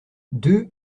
deux